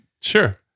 Sure